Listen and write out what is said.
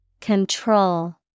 Control